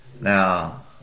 now